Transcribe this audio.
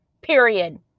Period